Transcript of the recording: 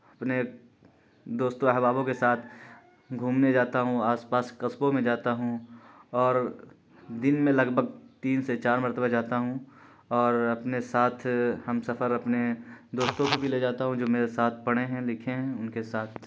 اپنے دوست و احبابوں کے ساتھ گھومنے جاتا ہوں آس پاس قصبوں میں جاتا ہوں اور دن میں لگ بھگ تین سے چار مرتبہ جاتا ہوں اور اپنے ساتھ ہمسفر اپنے دوستوں کو بھی لے جاتا ہوں جو میرے ساتھ پڑھے ہیں لکھے ہیں ان کے ساتھ